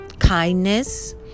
kindness